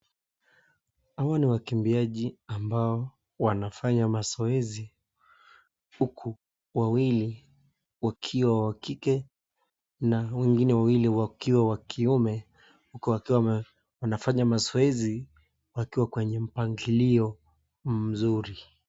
Hawa ni wakimbiaji ambao wanafanya mazoezi huku wawili wakiwa wa kike na wengine wawili wakiwa wa kiume huku wakiwa wanafanya mazoezi wakiwa kwenye mpangilio mzuri.